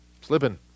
slipping